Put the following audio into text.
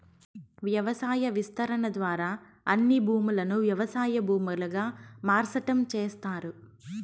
వ్యవసాయ విస్తరణ ద్వారా అన్ని భూములను వ్యవసాయ భూములుగా మార్సటం చేస్తారు